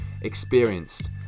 experienced